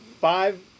Five